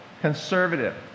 conservative